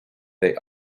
they